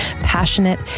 passionate